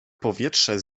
powietrze